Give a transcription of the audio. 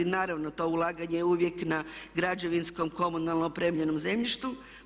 Naravno to ulaganje je uvijek na građevinskom, komunalno opremljenom zemljištu.